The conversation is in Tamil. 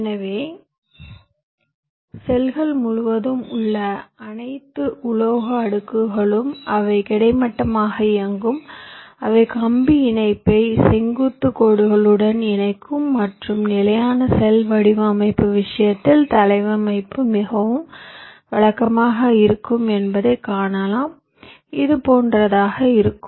எனவே செல்கள் முழுவதும் உள்ள அனைத்து உலோக அடுக்குகளும் அவை கிடைமட்டமாக இயங்கும் அவை கம்பி இணைப்பை செங்குத்து கோடுகளுடன் இணைக்கும் மற்றும் நிலையான செல் வடிவமைப்பு விஷயத்தில் தளவமைப்பு மிகவும் வழக்கமாக இருக்கும் என்பதை காணலாம் இது இதுபோன்றதாக இருக்கும்